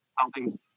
Helping